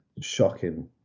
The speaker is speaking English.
shocking